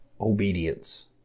obedience